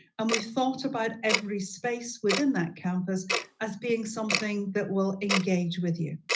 and we thought about every space within that campus as being something that will engage with you.